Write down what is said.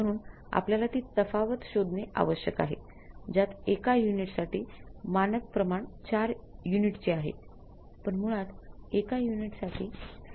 म्हणून आपल्यला ती तफावत शोधणे आवश्यक आहे ज्यात १का युनिटसाठी मानक प्रमाण ४ युनिटचे आहे पण मुळात १का युनिट साठी ६ युनिटची आवश्यकता आहे